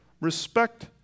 respect